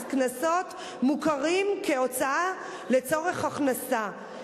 קנסות מוכרים כהוצאה לצורך הכנסה,